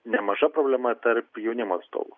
nemaža problema tarp jaunimo atstovų